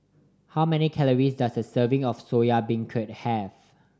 how many calories does a serving of Soya Beancurd have